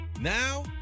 Now